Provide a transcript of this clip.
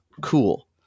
cool